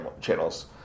channels